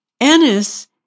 Ennis